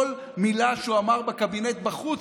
כל מילה שהוא אמר בקבינט בחוץ,